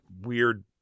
weird